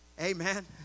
Amen